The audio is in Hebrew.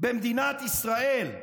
במדינת ישראל,